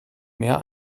mehr